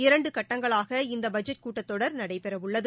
இரண்டு கட்டங்களாக இந்த பட்ஜெட் கூட்டத் தொடர் நடைபெறவுள்ளது